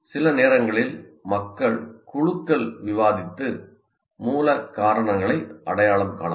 சில நேரங்களில் மக்கள் குழுக்கள் விவாதித்து மூல காரணங்களை அடையாளம் காணலாம்